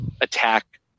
attack